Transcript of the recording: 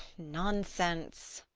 nonsense!